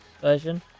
version